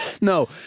No